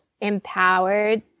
empowered